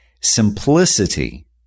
Simplicity